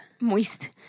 Moist